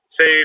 Say